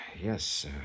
Yes